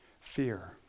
Fear